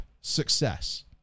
success